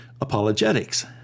apologetics